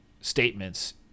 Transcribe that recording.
statements